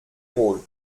rôles